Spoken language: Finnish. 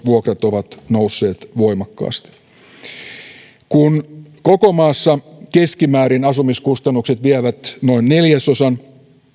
vuokrat ovat nousseet voimakkaasti kun koko maassa asumiskustannukset vievät keskimäärin noin neljäsosan